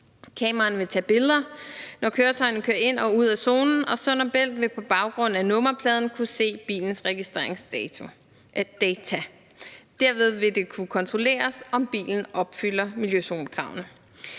Kameraerne vil tage billeder, når køretøjerne kører ind og ud af zonen, og Sund & Bælt vil på baggrund af nummerpladen kunne se bilens registreringsdata. Derved vil det kunne kontrolleres, om bilen opfylder miljøzonekravene.